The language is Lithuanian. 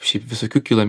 šiaip visokių kyla